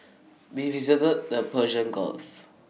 we visited the Persian gulf